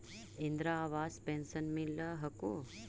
इन्द्रा आवास पेन्शन मिल हको ने?